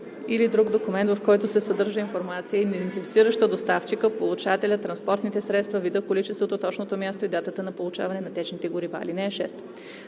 или друг документ, в който се съдържа информация, идентифицираща доставчика, получателя, транспортните средства, вида, количеството, точното място и датата на получаване на течните горива. (6)